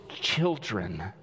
children